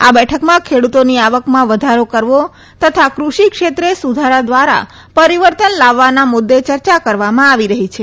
આ બેઠકમાં ખેડૂતોની આવકમાં વધારો કરવો તથા ક્રષિ ક્ષેત્રે સુધારા દ્વારા પરિવર્તન લાવવાના મુદ્દે ચર્ચા કવરામાં આવી રહી છે